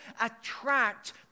attract